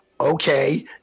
Okay